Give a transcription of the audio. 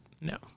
no